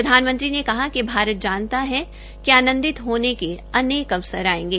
प्रधानमंत्री ने कहा कि भारत जानता है कि आनंदित होने के अनेक अवसर आयेंगे